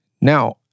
Now